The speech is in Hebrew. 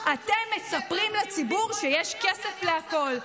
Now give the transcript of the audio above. אבל אתם מספרים לציבור שיש כסף לכול.